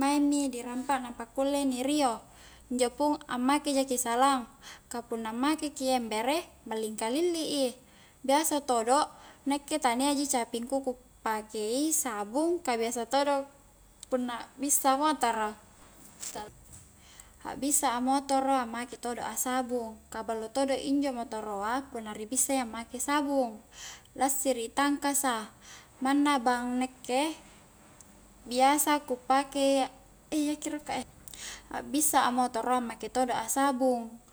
maing mi ni rampa nampa kulle ni rio inopun ammake jaki salang, ka punna make ki embere malling kalilli i, biasa todo nakke tania ji capingku ku pakei sabung, ka biasa todo punna bissa a motoro akbissa a motoro ammake todo a sabung ka ballo todo injo motoroa punna ri bissai ammake sabung, lassiri i tangkasa manna bang nakke biasa ku pakei eiaki rolo kak e akbissa a motoro ammake todo a sabung